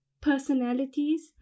personalities